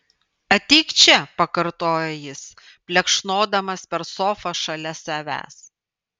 ateik čia pakartojo jis plekšnodamas per sofą šalia savęs